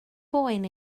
boen